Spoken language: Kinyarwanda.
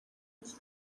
iki